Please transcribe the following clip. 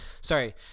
sorry